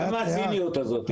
למה הציניות הזאת?